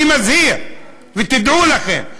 אני מזהיר, ותדעו לכם,